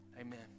Amen